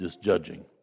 judging